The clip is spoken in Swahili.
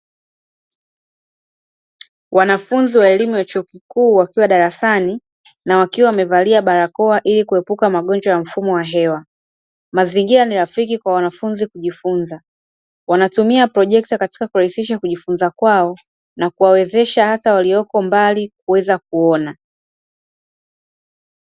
Wanafunzi wa elimu ya chuo kikuu wakiwa darasani na wakiwa wamevalia barakoa ili kuepuka magonjwa ya mfumo wa hewa, mazingira ni rafiki kwa wanfunzi kujifunza, wanatumia projekta katika kurahisisha kujifunza kwao na kuwawezesha hasa walioko mbali kuweza kuona.